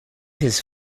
his